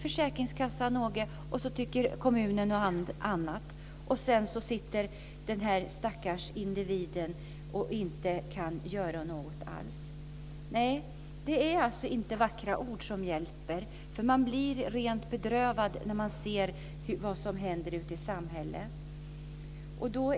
Försäkringskassan tycker en sak och kommunen något annat, och den drabbade individen kan inte göra något alls. Vackra ord hjälper inte. Man blir rent bedrövad när man ser vad som händer ute i samhället.